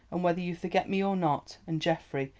and whether you forget me or not and, geoffrey,